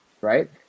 right